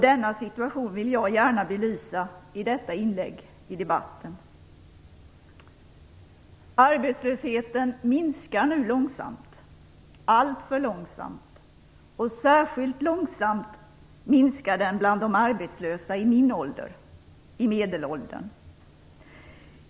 Denna situation vill jag gärna belysa i detta inlägg i debatten. Arbetslösheten minskar nu långsamt, alltför långsamt. Särskilt långsamt minskar den bland de arbetslösa i min ålder, medelåldern.